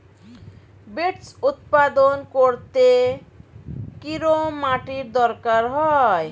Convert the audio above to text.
Beets উৎপাদন করতে কেরম মাটির দরকার হয়?